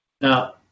Now